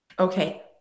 Okay